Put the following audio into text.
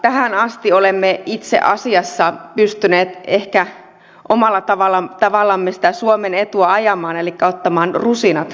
tähän asti olemme itse asiassa pystyneet ehkä omalla tavallamme sitä suomen etua ajamaan elikkä ottamaan rusinat pullasta